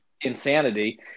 insanity